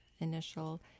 initial